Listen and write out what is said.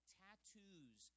tattoos